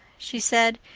she said,